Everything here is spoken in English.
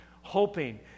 Hoping